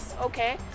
okay